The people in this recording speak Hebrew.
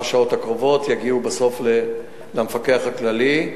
השעות הקרובות ויגיעו בסוף למפקח הכללי.